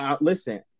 listen